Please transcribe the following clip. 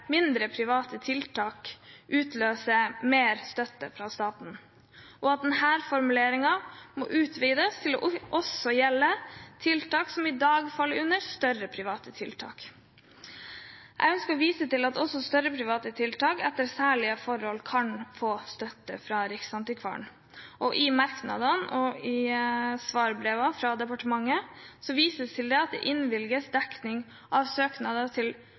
mindre, private tiltak utløser mer støtte fra staten, og at formuleringen utvides til også å gjelde tiltak som i dag faller inn under større private tiltak. Jeg ønsker å vise til at også større private tiltak etter særlige forhold kan få støtte fra Riksantikvaren. I merknadene og i svarbrevene fra departementet vises det til at søknader om ganske høye summer innvilges